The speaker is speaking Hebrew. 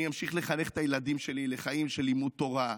אני אמשיך לחנך את הילדים שלי לחיים של לימוד תורה.